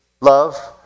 love